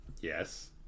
Yes